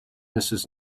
mrs